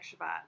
Shabbat